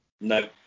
no